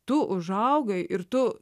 tu užaugai ir tu